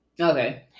Okay